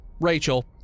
Rachel